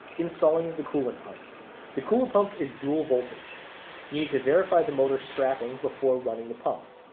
installing the coolant pump the cooler pump is dual voltage. you need to verify the motor strapping before running the pump.